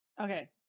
Okay